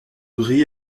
gris